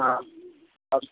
हाँ और